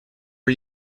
are